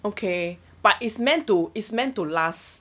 okay but it's meant to it's meant to last